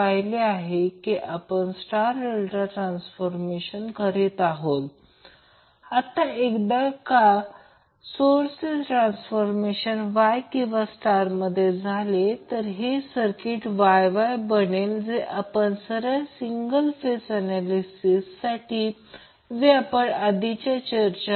अशाप्रकारे मी Ia √ 2 I p cos t असे म्हणू शकतो येथे करंट व्होल्टेजपासून लॅग करते येथे voltage t 120 o t 120 o आहे आणि करंट या व्होल्टेजपासून लॅग करते